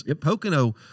Pocono